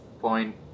point